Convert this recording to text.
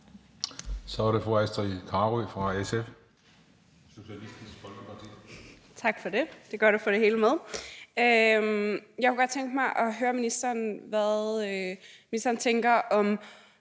så er det fru Astrid Carøe fra SF,